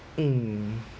mm